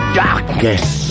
darkness